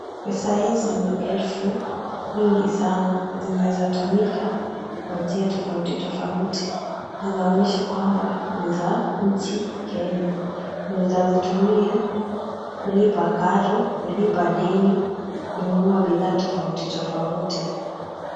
Pesa hizi ni elfu mingi sana. Zinaweza tumika kwa njia tofauti tofauti. Inaonyesha kwamba ni za inchi Kenya. Unaweza zitumia kulipa karo, kulipa deni, kununua bidhaa tofauti tofauti.